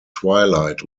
twilight